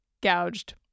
gouged